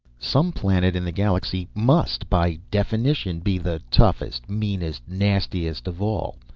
some planet in the galaxy must by definition be the toughest, meanest, nastiest of all.